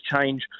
change